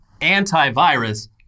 anti-virus